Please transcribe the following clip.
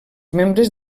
membres